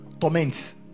torments